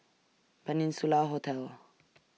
Peninsula Hotel